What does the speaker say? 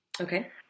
Okay